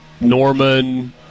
Norman